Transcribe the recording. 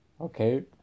Okay